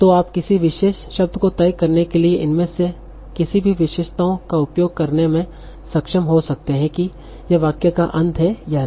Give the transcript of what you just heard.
तो आप किसी विशेष शब्द को तय करने के लिए इनमें से किसी भी विशेषताएं का उपयोग करने में सक्षम हो सकते हैं की यह वाक्य का अंत है या नहीं